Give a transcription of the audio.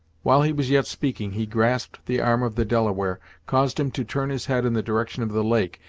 while he was yet speaking, he grasped the arm of the delaware, caused him to turn his head in the direction of the lake,